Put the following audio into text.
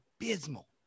abysmal